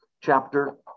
chapter